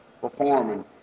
performing